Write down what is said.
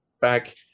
back